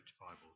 Bibles